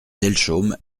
delchaume